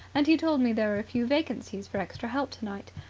and he told me there were a few vacancies for extra help tonight,